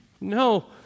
No